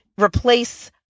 replace